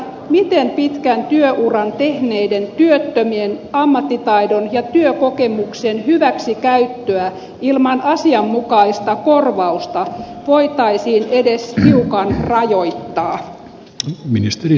miten pitkän työuran tehneiden työttömien ammattitaidon ja työkokemuksen hyväksikäyttöä ilman asianmukaista korvausta voitaisiin edes hiukan rajoittaa